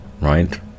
right